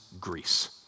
Greece